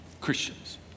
Christians